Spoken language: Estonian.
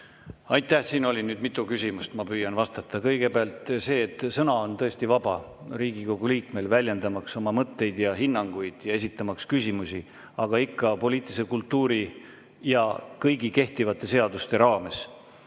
Aitäh! Siin oli nüüd mitu küsimust, ma püüan vastata. Kõigepealt, jah, sõna on Riigikogu liikmel tõesti vaba, väljendamaks oma mõtteid ja hinnanguid ja esitamaks küsimusi, aga ikka poliitilise kultuuri ja kõigi kehtivate seaduste raames.